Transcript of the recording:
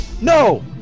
No